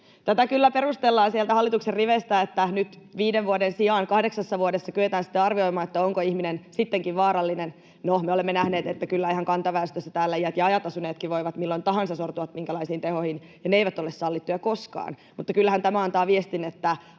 Tätä kyllä perustellaan sieltä hallituksen riveistä, että nyt viiden vuoden sijaan kahdeksassa vuodessa kyetään sitten arvioimaan, onko ihminen sittenkin vaarallinen. No, me olemme nähneet, että kyllä ihan kantaväestössä täällä iät ja ajat asuneetkin voivat milloin tahansa sortua vaikka minkälaisiin tekoihin, ja ne eivät ole sallittuja koskaan, mutta kyllähän tämä antaa viestin, että